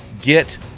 Get